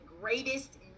greatest